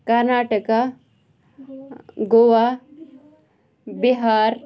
Karnataka Goa Bihar